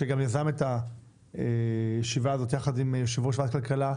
שגם יזם את הישיבה הזאת יחד עם יושב-ראש ועדת הכלכלה,